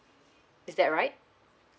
is that right